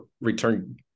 return